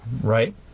right